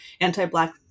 anti-black